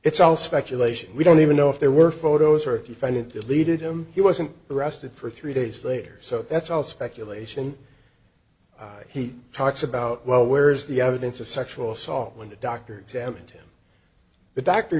it's all speculation we don't even know if there were photos or if you find it deleted him he wasn't arrested for three days later so that's all speculation i he talks about well where's the evidence of sexual assault when the doctors haven't the doctor